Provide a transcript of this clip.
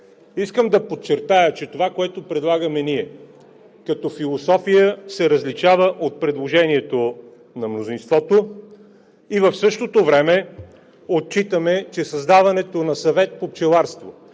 Искам да подчертая, че това, което предлагаме ние като философия, се различава от предложението на мнозинството. В същото време отчитаме, че създаването на съвет по пчеларство